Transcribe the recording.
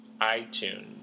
iTunes